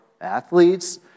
athletes